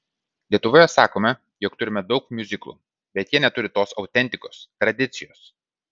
lietuvoje sakome jog turime daug miuziklų bet jie neturi tos autentikos tradicijos